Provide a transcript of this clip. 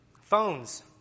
Phones